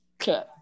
Okay